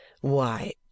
Why